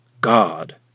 God